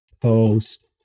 Post